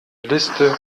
liste